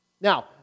Now